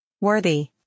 worthy